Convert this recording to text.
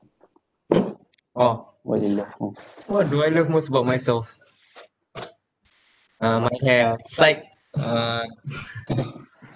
hmm orh what do I love most about myself uh my hair ah side uh